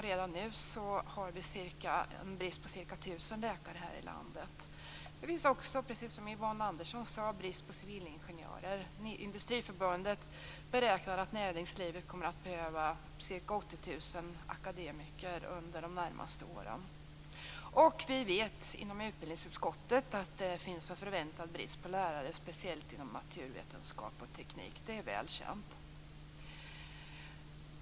Redan nu har vi en brist på ca 1 000 läkare i landet. Det finns också, precis som Yvonne Andersson sade, brist på civilingenjörer. Industriförbundet beräknar att näringslivet kommer att behöva ca 80 000 akademiker under de närmaste åren. Vi vet inom utbildningsutskottet att det finns en förväntad brist på lärare, speciellt inom naturvetenskap och teknik. Det är väl känt.